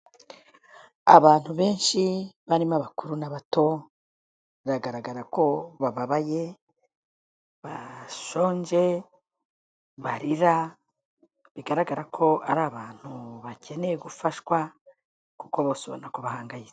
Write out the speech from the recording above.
Abantu benshi barimo abakuru n'abato, biragaragara ko bababaye, bashonje, barira, bigaragara ko ari abantu bakeneye gufashwa kuko bose ubona ko bahangayitse.